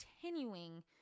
continuing